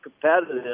competitive